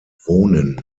wohnen